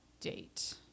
date